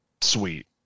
sweet